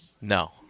No